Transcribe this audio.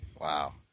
wow